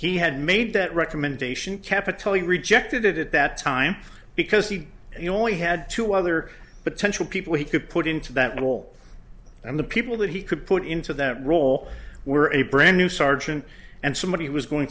he had made that recommendation capital he rejected it at that time because he he only had two other potential people he could put into that role and the people that he could put into that role were a brand new sergeant and somebody was going